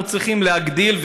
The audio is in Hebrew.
אנחנו צריכים להגדיל,